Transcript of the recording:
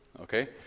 okay